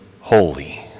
holy